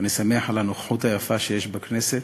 ואני שמח על הנוכחות היפה שיש בכנסת,